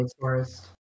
forest